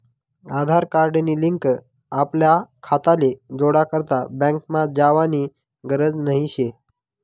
आधार card नी link आपला खाताले जोडा करता बँकमा जावानी गरज नही शे